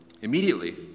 immediately